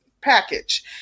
package